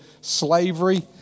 slavery